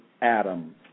Adam